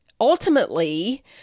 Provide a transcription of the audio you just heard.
ultimately